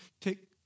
take